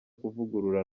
kuvugurura